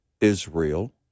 Israel